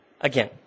again